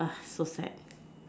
so sad